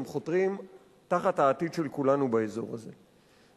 הם חותרים תחת העתיד של כולנו באזור הזה.